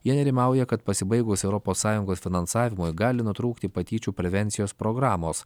jie nerimauja kad pasibaigus europos sąjungos finansavimui gali nutrūkti patyčių prevencijos programos